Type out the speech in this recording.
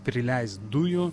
prileist dujų